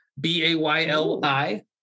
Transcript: b-a-y-l-i